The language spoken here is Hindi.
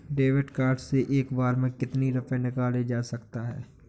डेविड कार्ड से एक बार में कितनी रूपए निकाले जा सकता है?